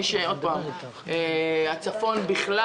הצפון בכלל.